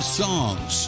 songs